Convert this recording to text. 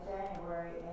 January